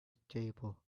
stable